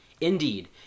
Indeed